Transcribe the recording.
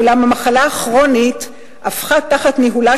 אולם המחלה הכרונית הפכה תחת ניהולה